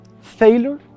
failure